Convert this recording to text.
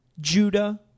Judah